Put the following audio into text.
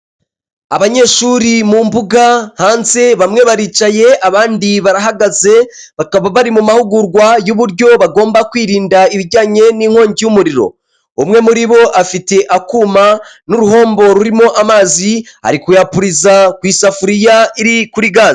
Abanyeshuri mu mbuga hanze bamwe baricaye abandi barahagaze bakaba bari mu mahugurwa y'uburyo bagomba kwirinda ibijyanye n'inkongi y'umuriro. Umwe muri bo afite akuma n'uruhombo rurimo amazi ari kuyakuririza ku isafuriya iri kuri gaze.